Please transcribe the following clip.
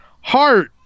heart